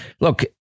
look